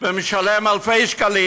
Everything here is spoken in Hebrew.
ומשלם אלפי שקלים.